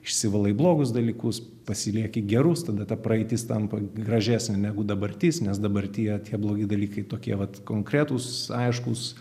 išsivalai blogus dalykus pasilieki gerus tada ta praeitis tampa gražesnė negu dabartis nes dabartyje tie blogi dalykai tokie vat konkretūs aiškūs